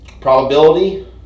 probability